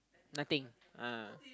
nothing ah